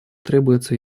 требуется